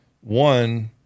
One